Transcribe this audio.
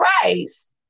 Christ